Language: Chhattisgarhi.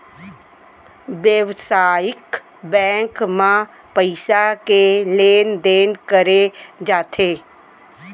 बेवसायिक बेंक म पइसा के लेन देन करे जाथे